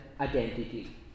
identity